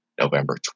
November